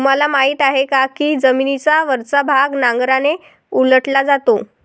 तुम्हाला माहीत आहे का की जमिनीचा वरचा भाग नांगराने उलटला जातो?